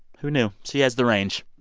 who knew? she has the range.